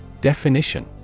Definition